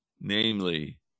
Namely